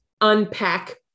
unpack